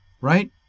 Right